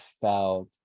felt